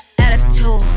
attitude